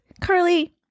Carly